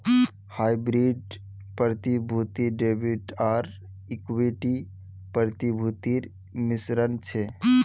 hybrid प्रतिभूति debit आर equity प्रतिभूतिर मिश्रण छ